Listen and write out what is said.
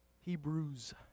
Hebrews